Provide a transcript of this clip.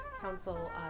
council